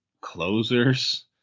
closers